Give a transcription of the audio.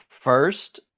first